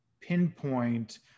pinpoint